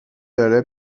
داره